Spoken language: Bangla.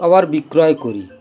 আবার বিক্রয় করি